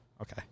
Okay